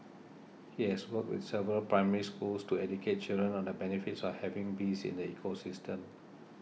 he has worked with several Primary Schools to educate children on the benefits of having bees in the ecosystem